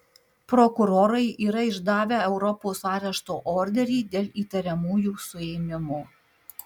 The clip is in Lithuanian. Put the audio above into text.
prokurorai yra išdavę europos arešto orderį dėl įtariamųjų suėmimo